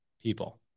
people